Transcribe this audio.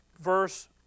verse